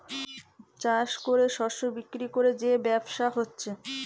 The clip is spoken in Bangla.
চাষ কোরে শস্য বিক্রি কোরে যে ব্যবসা হচ্ছে